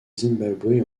zimbabwe